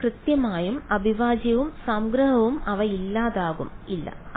g കൃത്യമായും അവിഭാജ്യവും സംഗ്രഹവും അവ ഇല്ലാതാകും ഇല്ല